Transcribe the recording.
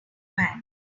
van